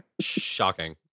Shocking